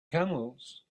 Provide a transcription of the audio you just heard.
camels